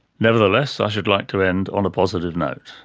nevertheless i should like to end on a positive note.